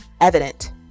evident